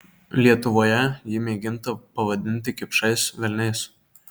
lietuvoje jį mėginta pavadinti kipšais velniais